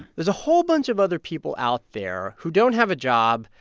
there's a whole bunch of other people out there who don't have a job,